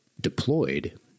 deployed